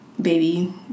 baby